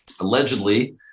allegedly